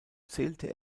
zählte